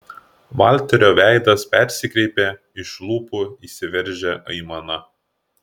valterio veidas persikreipė iš lūpų išsiveržė aimana